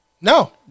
No